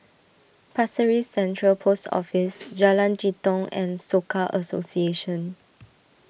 Pasir Ris Central Post Office Jalan Jitong and Soka Association